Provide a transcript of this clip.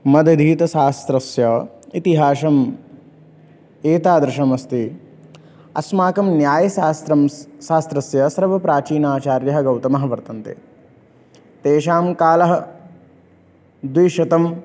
मदधीतशास्त्रस्य इतिहासम् एतादृशम् अस्ति अस्माकं न्यायशास्त्रं शास्त्रस्य सर्वप्राचीनाचार्यः गौतमः वर्तन्ते तेषां कालः द्विशतं